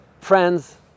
friends